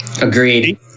Agreed